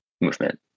movement